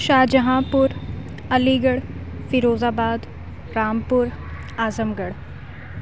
شاہ جہاں pur Aligarh Firozabad Rampur اعظم گڑھ